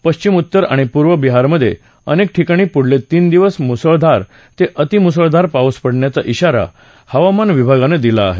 पश्चिम उत्तर आणि पूर्व बिहारमधे अनेक ठिकाणी पुढले तीन दिवस मुसळधार ते अतिमुसळधार पाऊस पडण्याचा ब्राारा हवामान विभागानं दिला आहे